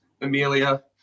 Amelia